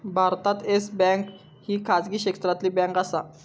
भारतात Yes Bank ही खाजगी क्षेत्रातली बँक आसा